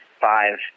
five